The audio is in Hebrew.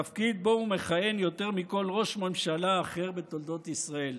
תפקיד שבו הוא מכהן יותר מכל ראש ממשלה אחר בתולדות ישראל.